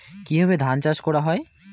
কিভাবে ধান চাষ করা হয়?